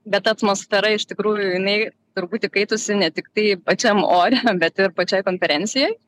bet atmosfera iš tikrųjų jinai turbūt įkaitusi ne tiktai pačiam ore bet ir pačioj konferencijoj